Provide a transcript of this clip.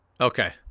Okay